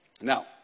Now